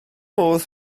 modd